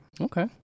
Okay